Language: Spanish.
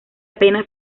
apenas